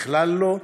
בכלל לא,